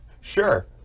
Sure